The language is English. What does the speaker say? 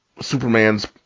Superman's